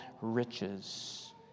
riches